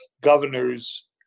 governors